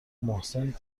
محسن